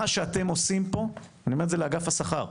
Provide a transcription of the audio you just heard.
מה שאתם עושים פה אני אומר את זה לאגף השכר,